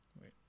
Wait